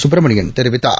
சுப்பிரமணியன் தெரிவித்தார்